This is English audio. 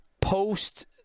post